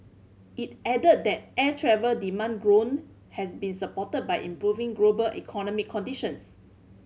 it added that air travel demand growth has been supported by improving global economic conditions